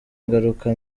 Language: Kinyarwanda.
ngaruka